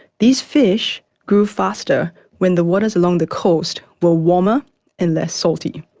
these fish grew faster when the waters along the coast were warmer and less salty.